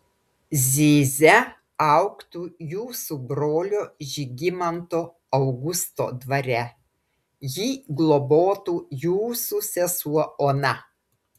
zyzia augtų jūsų brolio žygimanto augusto dvare jį globotų jūsų sesuo ona